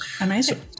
Amazing